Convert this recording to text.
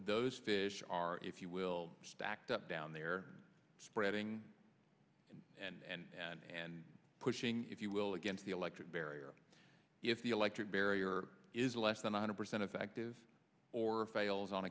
those fish are if you will stacked up down there spreading and and pushing if you will against the electric barrier if the electric barrier is less than one hundred percent effective or fails on